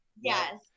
Yes